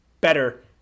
better